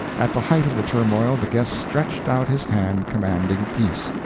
at the height of the turmoil the guest stretched out his hand, commanding peace.